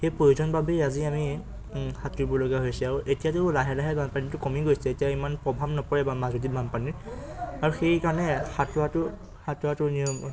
সেই প্ৰয়োজন বাবেই আজি আমি সাঁতুৰিবলগীয়া হৈছে আৰু এতিয়াতো লাহে লাহে বানপানীটো কমি গৈছে এতিয়া ইমান প্ৰভাৱ নপৰে বাৰু মাজুলীত বানপানীৰ আৰু সেইকাৰণে সাঁতুৰাটো সাঁতোৰাটো